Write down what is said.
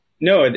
No